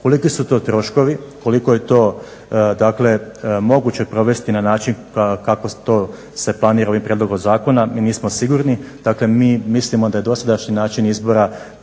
Koliki su to troškovi, koliko je to moguće provesti na način kako to se planira ovim prijedlogom zakona mi nismo sigurni, dakle mi mislimo da je dosadašnji način izbora